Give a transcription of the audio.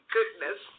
Goodness